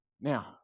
now